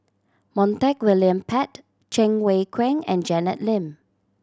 Montague William Pett Cheng Wai Keung and Janet Lim